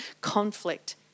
conflict